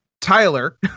Tyler